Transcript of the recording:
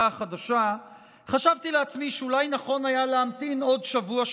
החדשה חשבתי לעצמי שאולי נכון היה להמתין עוד שבוע,